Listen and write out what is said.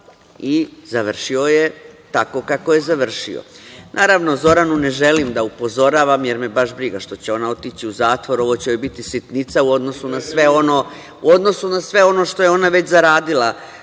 i završio je tako kako je završio. Naravno, Zoranu ne želim da upozoravam, jer me baš briga što će ona otići u zatvor. Ovo će joj biti sitnica u odnosu na sve ono što je ona već zaradila